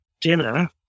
dinner